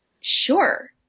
Sure